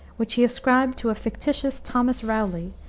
which he ascribed to a fictitious thomas rowley,